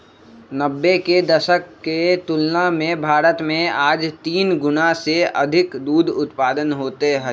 नब्बे के दशक के तुलना में भारत में आज तीन गुणा से अधिक दूध उत्पादन होते हई